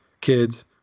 kids